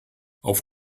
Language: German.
auf